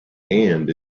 and